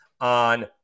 on